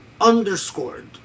underscored